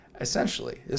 Essentially